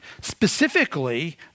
Specifically